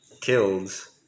killed